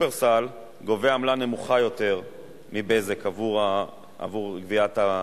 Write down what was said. מונופול בחוק לחברת הדואר בתחום גביית התשלומים